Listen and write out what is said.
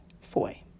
Foy